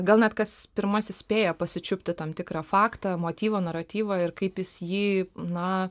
gal net kas pirmasis spėja pasičiupti tam tikrą faktą motyvo naratyvą ir kaip jis jį na